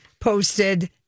posted